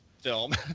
film